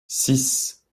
six